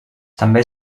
també